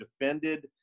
defended